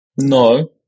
No